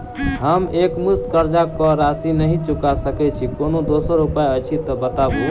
हम एकमुस्त कर्जा कऽ राशि नहि चुका सकय छी, कोनो दोसर उपाय अछि तऽ बताबु?